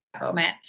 moment